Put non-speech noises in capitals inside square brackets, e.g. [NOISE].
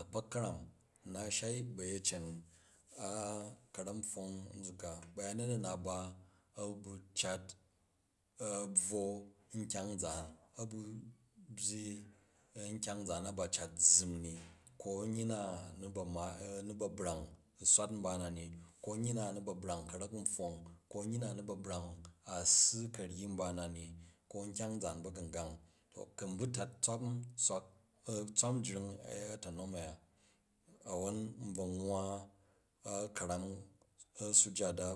a̱kpok ka̱ram n na shai bayecem [HESITATION] ka̱rek npfon nzuk ka, bayerwa a̱ na ba, a̱ bu cat, a̱ bvwong nkyang, zaan, a̱ bu byyi nkyang zaan na ba cat zzim ni. Ko nyyi na, ni ba̱ brang u swat mba na ni, ko nyyi na ni ba̱ brang ka̱rek pfong ko nyyi na ni ba̱ brang a ssi karyi mba na ni, ko nkrang zaan ba̱gu̱ngang. To ku n bu tat tswan swak, [HESITATION] tswan jring a̱ta̱nom a̱aya, awowon n bvo nwa ka̱ram sijada.